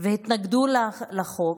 והתנגדו לחוק,